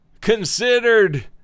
considered